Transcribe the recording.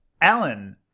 Alan